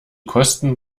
kosten